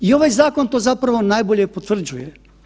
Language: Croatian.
I ovaj zakon to zapravo najbolje potvrđuje.